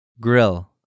Grill